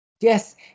Yes